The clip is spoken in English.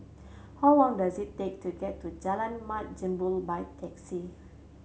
how long does it take to get to Jalan Mat Jambol by taxi